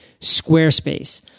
Squarespace